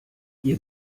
ihr